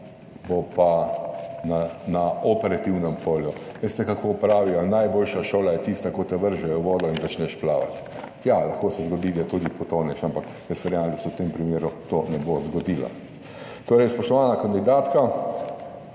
bo pa na operativnem polju. Veste, kako pravijo, najboljša šola je tista, ki te vržejo v vodo in začneš plavati. Ja, lahko se zgodi, da tudi potoneš, ampak jaz verjamem, da se v tem primeru to ne bo zgodilo. Torej, spoštovana kandidatka,